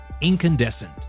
Incandescent